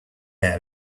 air